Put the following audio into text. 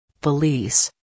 Police